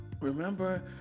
Remember